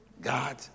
God